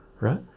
right